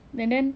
and then